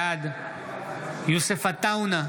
בעד יוסף עטאונה,